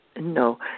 no